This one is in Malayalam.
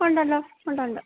ഉണ്ടല്ലോ ഉണ്ട് ഉണ്ട്